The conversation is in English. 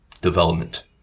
development